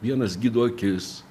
vienas gydo akis